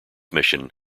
mission